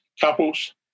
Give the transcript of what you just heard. couples